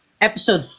episode